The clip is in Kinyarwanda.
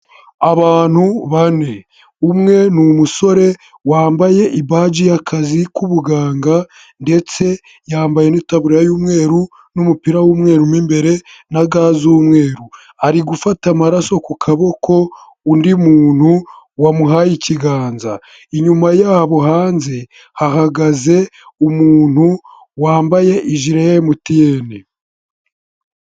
Abantu bane umwe ni umusore wambaye ibaji y'akazi k'ubuganga ndetse yambaye n'itaburiya y'umweru n'umupira w'umweru mu imbere na ga z'umweru, ari gufata amaraso ku kaboko undi muntu wamuhaye ikiganza, inyuma yabo hanze hahagaze umuntu wambaye ijire ya emutiyeni.